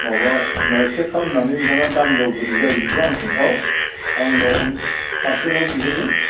माबा चेक खालामनानै नोंथाङा दाम दर बोरै जायो बेखौ आंनो खोन्थाहर आं उनाव पार्सेलाव बिहरगोन